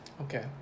Okay